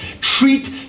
treat